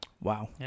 Wow